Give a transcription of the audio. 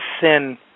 sin